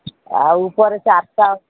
ଆଉ ଉପରେ ଚାରିଟା